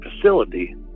facility